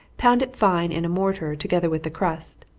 pound it fine in a mortar, together with the crust.